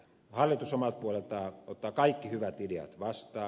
hallitus omalta puoleltaan ottaa kaikki hyvät ideat vastaan